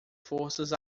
forças